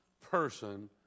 person